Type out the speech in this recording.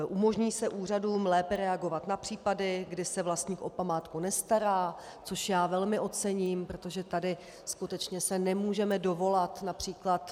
Umožní se úřadům lépe reagovat na případy, kdy se vlastník o památku nestará, což já velmi ocením, protože tady skutečně se nemůžeme dovolat například